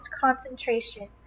concentration